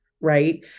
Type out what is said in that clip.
right